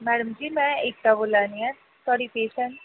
madam ji मै एकता बोला नि आं थुआढ़ी पेशेंट